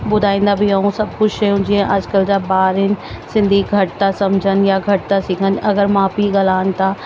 ॿुधाईन्दा बि ऐं सभु कुझु शयूं जीअं अॼकल्ह जा ॿार आहिनि सिंधी घटि था समझनि या घटि था सिखनि अगरि माउ पीउ ॻाल्हायनि था